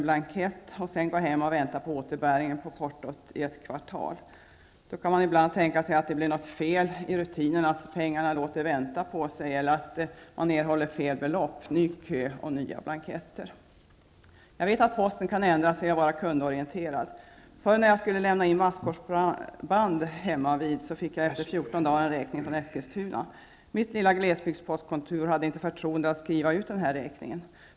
Därefter skall man gå hem och vänta ett kvartal på återbäringen av portot. Ibland kan det bli något fel i rutinerna och pengarna låter vänta på sig eller fel belopp erhålls. Ny kö, och nya blanketter. Jag vet att posten kan ändra sig och bli kundorienterad. Tidigare när jag lämnade in masskorsband hemmavid fick jag efter 14 dagar en räkning från Eskilstuna. Mitt lilla glesbygdspostkontor hade inte fått förtroendet att skriva ut denna räkning.